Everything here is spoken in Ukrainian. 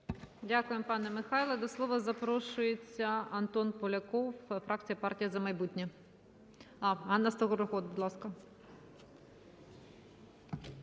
Дякую, пане Михайле. До слова запрошується Антон Поляков, фракція "Партія "За майбутнє". Анна Скороход, будь ласка.